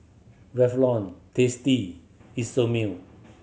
Revlon Tasty Isomil